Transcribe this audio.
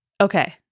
Okay